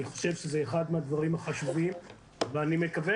אני חושב שזה אחד מהדברים החשובים ואני גם מקווה